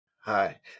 Hi